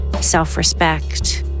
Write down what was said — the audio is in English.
self-respect